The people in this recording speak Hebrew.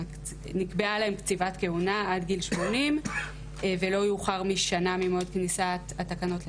שנקבעה להם קציבת כהונה עד גיל 80 ולא יאוחר ממועד כניסת התקנות לתוקף.